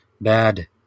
bad